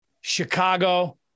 Chicago